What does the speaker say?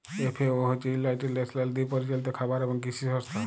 FAO হছে United nations দিয়ে পরিচালিত খাবার এবং কিসি সংস্থা